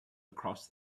across